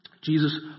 Jesus